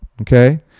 Okay